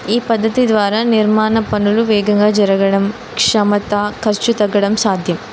ఈ పద్ధతి ద్వారా నిర్మాణ పనులు వేగంగా జరగడం శ్రమ ఖర్చు తగ్గడం సాధ్యం